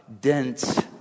dense